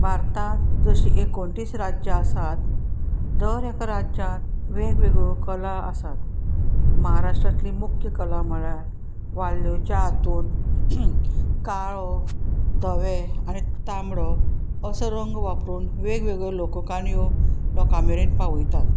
भारतांत जशी एकोणतीस राज्यां आसात दर एका राज्यांत वेगवेगळ्यो कला आसात महाराष्ट्रांतली मुख्य कला म्हळ्यार वालूच्या हातूंत काळो धवे आनी तांबडो असो रंग वापरून वेगवेगळ्यो लोककाणयो लोकां मेरेन पावयतात